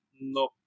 no